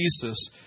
Jesus